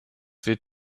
wird